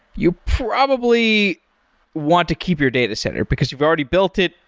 you probably want to keep your data center, because you've already built it,